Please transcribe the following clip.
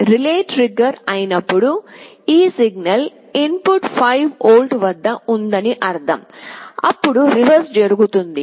కానీ relay trigger అయినప్పుడు ఈ సిగ్నల్ ఇన్ పుట్ 5 వోల్ట్ల వద్ద ఉందని అర్థం అప్పుడు రివర్స్ జరుగుతుంది